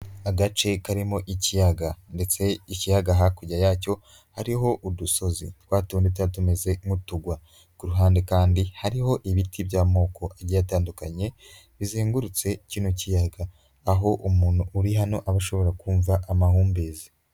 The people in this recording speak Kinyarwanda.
Agace karimo ikiyaga. Ndetse ikiyaga hakurya yacyo hariho udusozi twatundi tuba tumeze nk'uturwa. Ku ruhande kandi hariho ibiti by'amoko abiri atandukanye bizengurutse kino kiyaga, aho umuntu uri hano aba ashobora kumva amahumbezi.